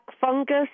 fungus